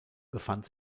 befand